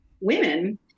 women